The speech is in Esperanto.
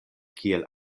kiel